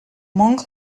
monk